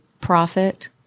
profit